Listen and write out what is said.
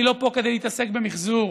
אני לא כאן כדי להתעסק במחזור.